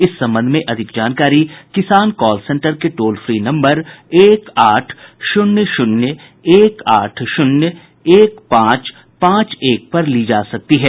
इस संबंध में अधिक जानकारी किसान कॉल सेंटर के टोल फ़ी नम्बर एक आठ शून्य शून्य एक आठ शून्य एक पांच पांच एक पर ली जा सकती है